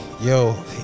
yo